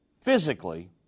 physically